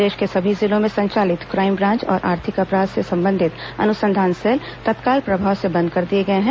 प्रदेश के सभी जिलों में संचालित क्राईम ब्रांच और आर्थिक अपराध से संबंधित अनुसंधान सेल तत्काल प्रभाव से बंद कर दिए गए हैं